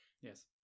Yes